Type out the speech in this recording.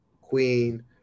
queen